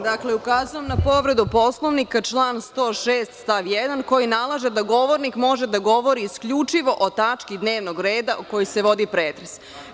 Dakle, ukazujem na povredu Poslovnika, član 106. stav 1. koji nalaže da govornik može da govori isključivo o tački dnevnog reda o kojoj se vodi pretres.